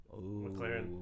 McLaren